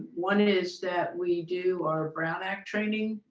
one is that we do our brown act training,